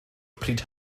pryd